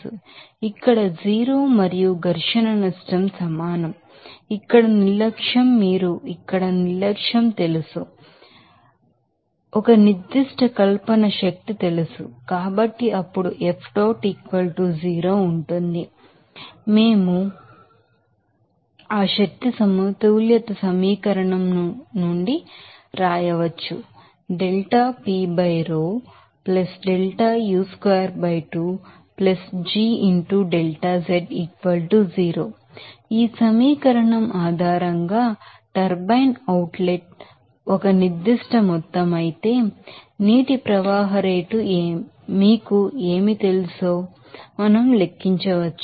delta u square ఇక్కడ 0 మరియుఫ్రిక్షన్ loss సమానం ఇక్కడ నిర్లక్ష్యం మీరు ఇక్కడ నిర్లక్ష్యం తెలుసు మీరు ఇక్కడ నిర్లక్ష్యం చేయవచ్చు ఒక నిర్దిష్ట కల్పన శక్తి తెలుసు కాబట్టి అప్పుడు F dot 0 ఉంటుంది మేము ఆ ఎనర్జీ బాలన్స్ ఈక్వేషన్ శక్తి నుండి వ్రాయవచ్చు ఈ సమీకరణం ఆధారంగా టర్బైన్ అవుట్ పుట్ ఒక నిర్దిష్ట మొత్తం అయితే నీటి ప్రవాహ రేటు మీకు ఏమి తెలుసో మనం లెక్కించవచ్చు